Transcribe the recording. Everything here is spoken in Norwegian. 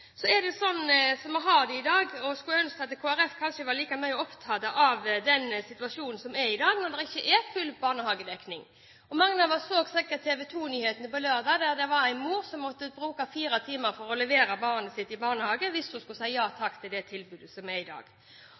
skulle ønske at Kristelig Folkeparti hadde vært like opptatt av den situasjonen som er i dag, når det ikke er full barnehagedekning. Mange av oss så sikkert TV 2-nyhetene på lørdag, der det var en mor som ville bruke fire timer for å levere barnet sitt i barnehagen hvis hun sa ja takk til det tilbudet som hun hadde i dag. Regjeringen skryter av full barnehagedekning, men det er ikke det i dag.